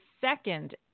second